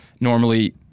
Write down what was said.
normally